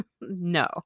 no